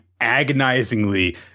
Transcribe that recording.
agonizingly